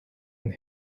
and